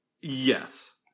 Yes